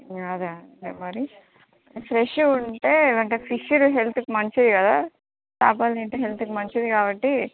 అదే మరి ఫ్రెష్ గా ఉంటే ఫిష్ది హెల్తుకి మంచిది కదా చేపలు తింటే హెల్తుకు మంచిది కాబట్టి